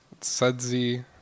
sudsy